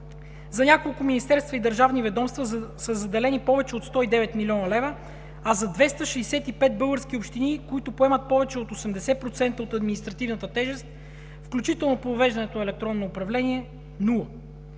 За няколко министерства и държавни ведомства са заделени повече от 109 млн. лв., а за 265 български общини, които поемат повече от 80% от административната тежест, включително по въвеждането на електронно управление –